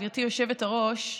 גברתי היושבת-ראש,